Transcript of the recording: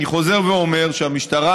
אני חוזר ואומר שהמשטרה,